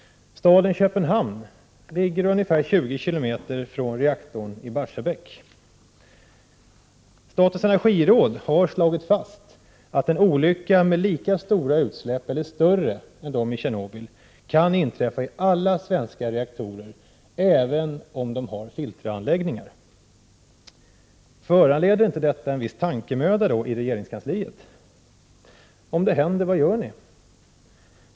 Staden Köpenhamn ligger ungefär 20 km från reaktorn i Barsebäck. Statens energiråd har slagit fast att en olycka med lika stora utsläpp som eller större än de i Tjernobyl kan inträffa i alla svenska reaktorer, även om de har filteranläggningar. — Föranleder inte detta en viss tankemöda i regeringskansliet? Om det händer, vad gör ni?